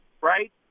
right